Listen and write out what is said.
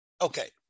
Okay